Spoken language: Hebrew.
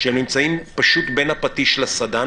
שהם נמצאים בין הפטיש לסדן